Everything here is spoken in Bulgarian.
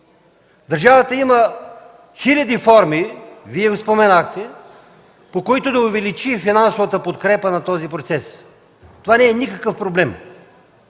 Държавата има хиляди форми, Вие споменахте, по които да увеличи финансовата подкрепа на този процес. Това не е никакъв проблем.